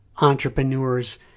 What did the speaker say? entrepreneurs